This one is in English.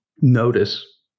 notice